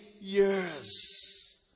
years